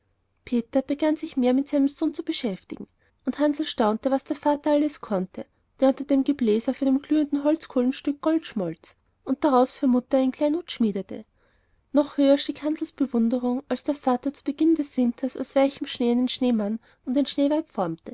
peter begann sich mehr mit seinem sohn zu beschäftigen und hansl staunte was der vater alles konnte der unter dem gebläse auf einem glühenden holzkohlenstück gold schmolz und daraus für mutter ein kleinod schmiedete noch höher stieg hansls bewunderung als der vater zu beginn des winters aus weichem schnee einen schneemann und ein